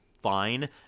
fine